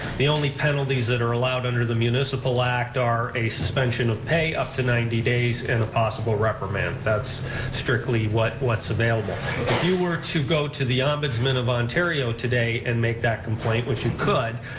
the only penalties that are allowed under the municipal act are a suspension of pay up to ninety days and a possible reprimand, that's strictly what's available. if you were to go to the ombudsman of ontario today and make that complaint, which you could,